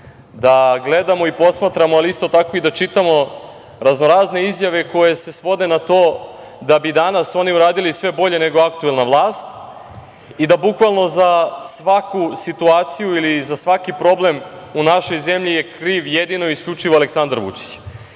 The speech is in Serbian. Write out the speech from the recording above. da gledamo i posmatramo, ali isto tako i da čitamo raznorazne izjave koje se svode na to da bi danas oni uradili sve bolje nego aktuelna vlast i da bukvalno za svaku situaciju ili za svaki problem u našoj zemlji je kriv jedino i isključivo Aleksandar Vučić. Ta